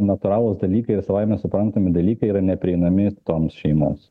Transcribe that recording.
natūralūs dalykai ir savaime suprantami dalykai yra neprieinami toms šeimoms